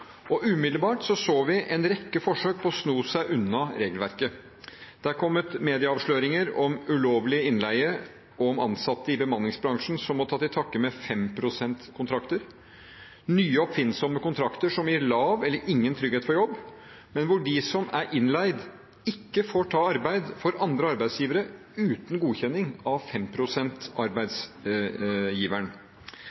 og umiddelbart så vi en rekke forsøk på å sno seg unna regelverket. Det har kommet medieavsløringer om ulovlig innleie og om ansatte i bemanningsbransjen som må ta til takke med 5-prosentkontrakter, nye, oppfinnsomme kontrakter som gir lav eller ingen trygghet for jobb, men hvor de som er innleid, ikke får ta arbeid for andre arbeidsgivere uten godkjenning av